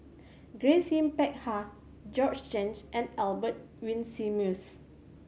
Grace Yin Peck Ha Georgette Chen and Albert Winsemius